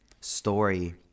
story